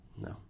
No